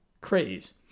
craze